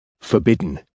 Forbidden